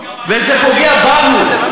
וזה פוגע בנו,